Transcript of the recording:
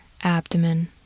abdomen